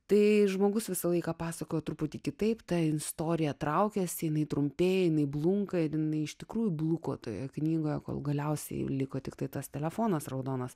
tai žmogus visą laiką pasakojo truputį kitaip ta istorija traukiasi jinai trumpėja jinai blunka ir jinai iš tikrųjų bluko toje knygoje kol galiausiai liko tiktai tas telefonas raudonas